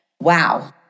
wow